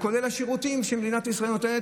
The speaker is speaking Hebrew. כולל השירותים שמדינת ישראל נותנת.